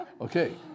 Okay